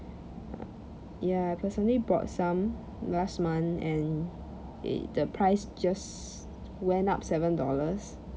ya personally bought some last month and it the price just went up seven dollars